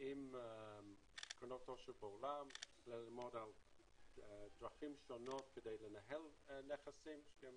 עם קרנות עושר בעולם כדי ללמוד דרכים שונות לנהל נכסים.